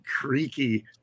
Creaky